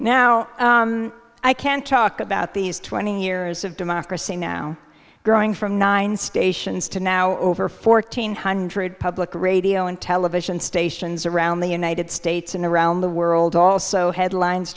now i can talk about these twenty years of democracy now growing from nine stations to now over fourteen hundred public radio and television stations around the united states and around the world also headlines